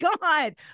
God